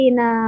na